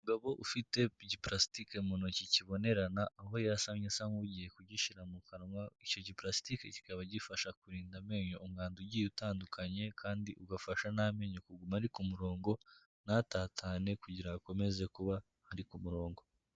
Umugabo ufite igipulasitike mu ntoki kibonerana, aho yasamye asa nk'ugiye kugishyira mu kanwa, icyo gipulasitiki kikaba gifasha kurinda amenyo umwanda ugiye utandukanye, kandi ugafasha n'amenyo kuguma ari ku murongo ntatatane kugira ngo akomeze kuba ari ku murongo.